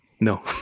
No